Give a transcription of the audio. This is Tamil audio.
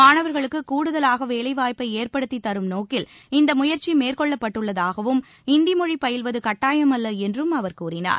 மாணவர்களுக்கு கூடுதலாக வேலைவாய்ப்பை ஏற்படுத்தித் தரும் நோக்கில் இந்த முயற்சி மேற்கொள்ளப்பட்டுள்ளதாகவும் இந்தி மொழி பயில்வது கட்டாயமல்ல என்றும் அவர் கூறினார்